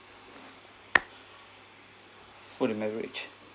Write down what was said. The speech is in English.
food and beverage